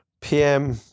PM